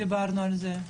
דיברנו על זה.